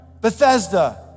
Bethesda